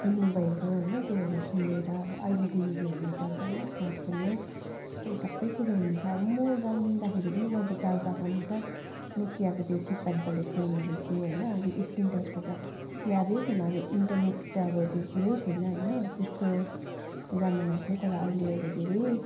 हेर्नुभएको होइन त्योहरू सुनेर अब अहिले युगमा हेर्नुपर्दा है स्मार्ट फोनमै अब सबै कुरा हुन्छ अब म जन्मिँदाखेरि पनि मैले चाल पाएको अनुसार नोकियाको त्यो किप्याड वाले फोनहरू थियो होइन अब स्क्रिन टचको त यादै छैन अब इन्टरनेट त अब त्यो कुरै छैन होइन त्यस्तो जामाना थियो तर अहिले अब धेरै